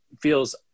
feels